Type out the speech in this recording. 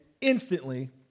instantly